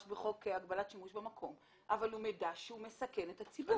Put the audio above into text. בחוק הגבלת שימוש במקום אבל הוא מידע שהוא מסכן את הציבור.